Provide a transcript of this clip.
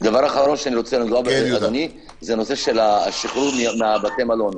דבר אחרון השחרור מבתי המלון.